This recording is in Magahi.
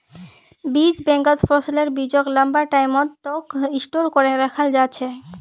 बीज बैंकत फसलेर बीजक लंबा टाइम तक स्टोर करे रखाल जा छेक